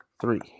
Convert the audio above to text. three